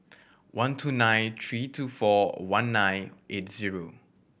one two nine three two four one nine eight zero